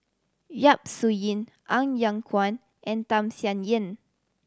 Yap Su Yin Ng Yat Chuan and Tham Sien Yen